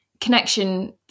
connection